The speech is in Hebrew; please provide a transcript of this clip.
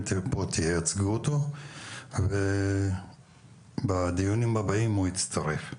תייצגו אותו ובדיונים הבאים הוא יצטרף.